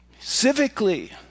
civically